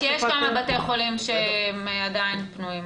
יש לי רופאים שתכף צריכים לחזור למחלקות שלהם,